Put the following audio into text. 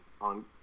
on